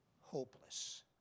hopeless